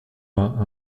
vingt